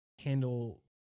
handle